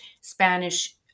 Spanish